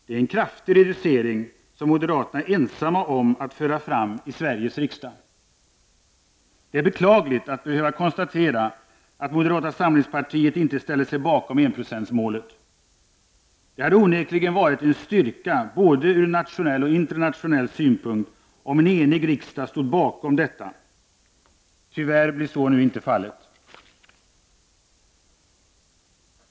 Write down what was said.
Det är en kraftig reducering, som moderaterna är ensamma om att föra fram i Sveriges riksdag. Det är beklagligt att behöva konstatera att moderata samlingspartiet inte ställer sig bakom enprocentsmålet. Det hade onekligen varit en styrka ur både nationell och internationell synpunkt om en enig riksdag stod bakom detta. Tyvärr blir så nu inte fallet.